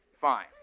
Fine